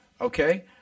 Okay